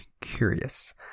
curious